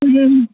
ਹੂੰ